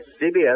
CBS